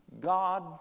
God